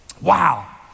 Wow